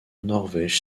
norvège